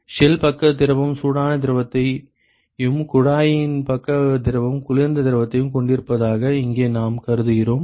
shell பக்க திரவம் சூடான திரவத்தையும் குழாய் பக்க திரவம் குளிர்ந்த திரவத்தையும் கொண்டிருப்பதாக இங்கே நாம் கருதுகிறோம்